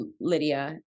Lydia